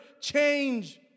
change